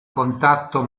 contatto